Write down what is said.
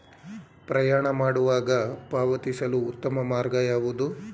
ಪ್ರಯಾಣ ಮಾಡುವಾಗ ಪಾವತಿಸಲು ಉತ್ತಮ ಮಾರ್ಗ ಯಾವುದು?